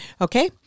Okay